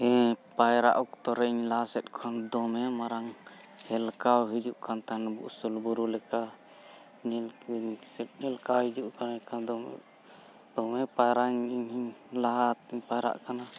ᱦᱮᱸ ᱯᱟᱭᱨᱟ ᱚᱠᱛᱚ ᱨᱮᱧ ᱞᱟᱦᱟ ᱥᱮᱫ ᱠᱷᱚᱱ ᱫᱚᱢᱮ ᱢᱟᱨᱟᱝ ᱦᱮᱞᱠᱟᱣ ᱦᱤᱡᱩᱜ ᱠᱟᱱ ᱛᱟᱦᱮᱱ ᱩᱥᱩᱞ ᱵᱩᱨᱩ ᱞᱮᱠᱟ ᱧᱮᱞ ᱦᱮᱞᱠᱟᱣ ᱦᱤᱡᱩᱜ ᱠᱟᱱ ᱮᱱᱠᱷᱟᱱ ᱫᱚᱢᱮ ᱯᱟᱭᱨᱟ ᱤᱧ ᱞᱟᱦᱟ ᱛᱤᱧ ᱯᱟᱭᱨᱟᱜ ᱠᱟᱱᱟ